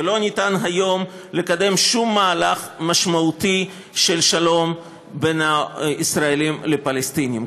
ולא ניתן היום לקדם שום מהלך משמעותי של שלום בין ישראלים לפלסטינים.